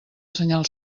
senyal